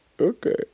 Okay